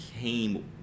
came